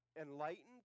enlightened